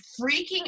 freaking